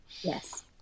yes